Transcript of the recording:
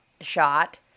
shot